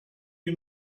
you